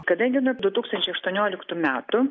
kadangi nuo du tūkstančiai aštuonioliktų metų